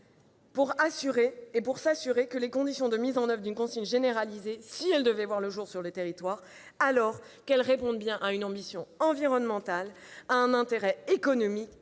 nous assurer que les conditions de mise en oeuvre d'une consigne généralisée, si elle devait voir le jour sur les territoires, répondent bien à une ambition environnementale et à un intérêt économique